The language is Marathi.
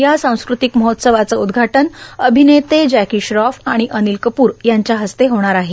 या सांस्कृतिक महोत्सवाचं उद्घाटन अभिनेते जॅकी श्रॉफ आणि अनिल कपूर यांच्या हस्ते होत आहे